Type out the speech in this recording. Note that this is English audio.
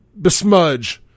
besmudge